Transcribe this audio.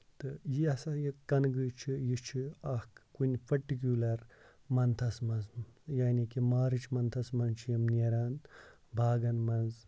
تہٕ یہِ ہسا یہِ کَنہٕ گٔچۍ چھ یہِ چھ اکھ کُنہِ پٔٹِکوٗلر مَنتھس منٛز یعنے کہِ مارٕچ مَنتھس منٛز چھِ یِم نیران باغن منٛز